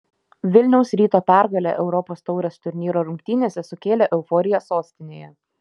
vilniaus ryto pergalė europos taurės turnyro rungtynėse sukėlė euforiją sostinėje